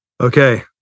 okay